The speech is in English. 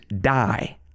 die